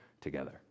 together